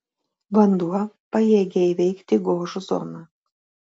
vanduo pajėgia įveikti gožų zoną